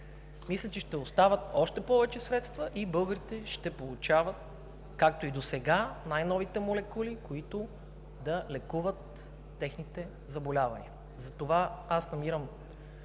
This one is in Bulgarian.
мисля, че ще остават още повече средства и българите ще получават, както и досега, най-новите молекули, които да лекуват техните заболявания. Затова аз намирам